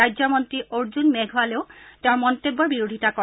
ৰাজ্যমন্ত্ৰী অৰ্জুন মেঘৱালেও তেওঁৰ মন্তব্যৰ বিৰোধিতা কৰে